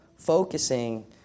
focusing